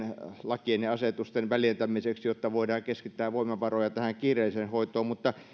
lakien ja asetusten väljentämiseksi jotta voidaan keskittää voimavaroja tähän kiireelliseen hoitoon mutta